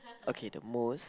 okay the most